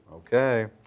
Okay